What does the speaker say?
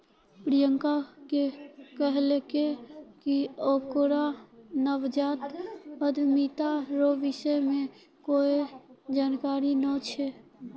प्रियंका ने कहलकै कि ओकरा नवजात उद्यमिता रो विषय मे कोए जानकारी नै छै